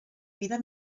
vida